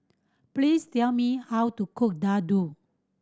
please tell me how to cook